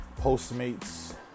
Postmates